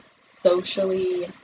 socially